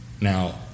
now